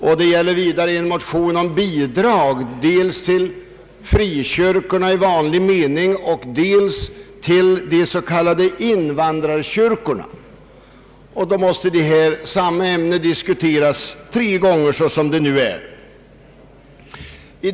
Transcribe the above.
Vidare gäller det en motion om bidrag dels till frikyrkorna i vanlig mening, dels till de s.k. invandrarkyrkorna. Som det nu är måste således dessa likartade ämnen diskuteras vid tre olika tillfällen.